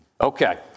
Okay